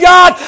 God